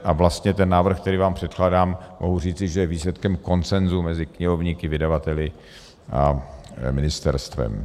A vlastně návrh, který vám předkládám, mohu říci, že je výsledkem konsenzu mezi knihovníky, vydavateli a ministerstvem.